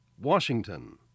Washington